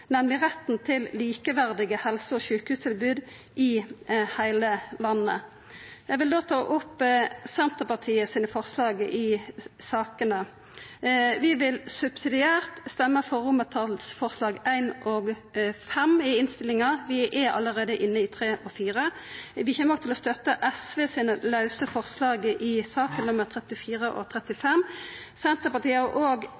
nemleg retten til likeverdige helse- og sjukehustilbod i heile landet. Eg vil då ta opp Senterpartiets forslag i sakene. Vi vil subsidiært røysta for I og V i Innst. 206 S. Vi er allereie inne i III og IV, og vi kjem òg til å støtta SV sine forslag nr. 34 og 35 i saka.